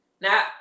Now